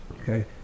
okay